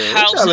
House